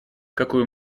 какую